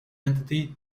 entity